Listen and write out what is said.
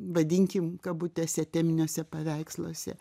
vadinkim kabutėse teminiuose paveiksluose